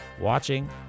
watching